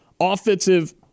offensive